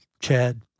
Chad